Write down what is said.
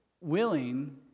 willing